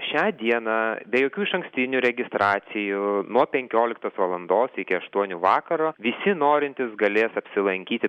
šią dieną be jokių išankstinių registracijų nuo penkioliktos valandos iki aštuonių vakaro visi norintys galės apsilankyti